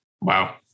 Wow